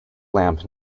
lamp